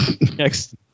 next